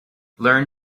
learn